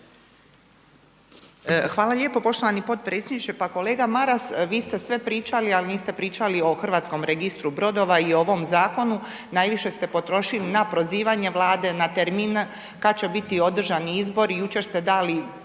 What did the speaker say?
Hvala lijepo poštovani potpredsjedniče. Pa kolega Maras, vi ste sve pričali, ali niste pričali o HRB-u i ovom zakonu, najviše ste potrošili na prozivanje Vlade, na termin kad će biti održani izbori i jučer ste dali